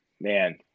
man